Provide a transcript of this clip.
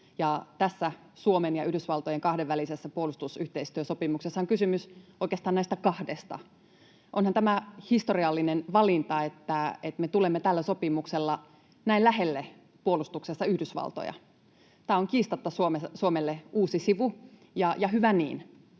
Suomen ja Yhdysvaltojen kahdenvälisessä puolustusyhteistyösopimuksessa on kysymys oikeastaan näistä kahdesta. Onhan tämä historiallinen valinta, että me tulemme tällä sopimuksella näin lähelle puolustuksessa Yhdysvaltoja. Tämä on kiistatta Suomelle uusi sivu, ja hyvä niin.